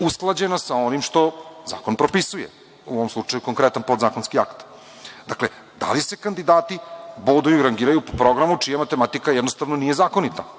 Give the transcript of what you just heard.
usklađena sa onim što zakon propisuje, u ovom slučaju konkretan podzakonski akt? Dakle, da li se kandidati boduju i rangiraju po programu čija matematika jednostavno nije zakonita? Zakon